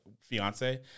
fiance